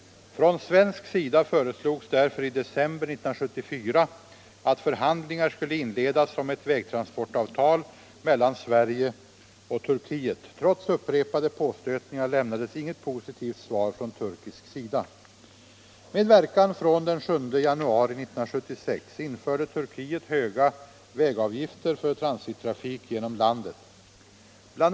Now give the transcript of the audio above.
Från svensk sida föreslogs därför i december 1974 att förhandlingar skulle inledas om ett vägtransportavtal mellan Sverige och Turkiet. Trots upprepade påstötningar lämnades inget positivt svar från turkisk sida. Med verkan från den 7 januari 1976 införde Turkiet höga vägavgifter för transittrafik genom landet. Bl.